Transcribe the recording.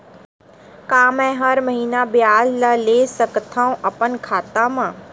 का मैं हर महीना ब्याज ला ले सकथव अपन खाता मा?